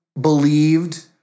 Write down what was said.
believed